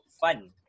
fun